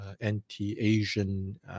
anti-Asian